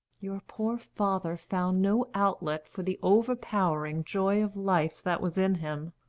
your poor father found no outlet for the overpowering joy of life that was in him.